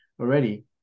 already